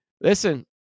listen